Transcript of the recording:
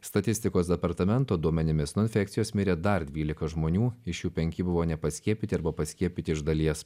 statistikos departamento duomenimis nuo infekcijos mirė dar dvylika žmonių iš jų penki buvo nepaskiepyti arba paskiepyti iš dalies